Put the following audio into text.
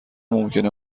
ممکنه